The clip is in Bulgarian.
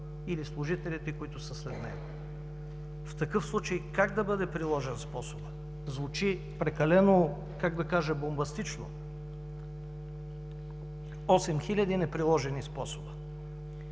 или служителите, които са след него. В такъв случай как да бъде приложен способът? Звучи прекалено, как да кажа, бомбастично – осем хиляди неприложени способа.